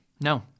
No